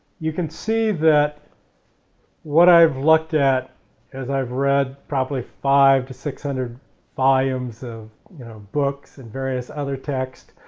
you can see that what i've looked at is i've read probably five to six hundred volumes of you know books and various other texts.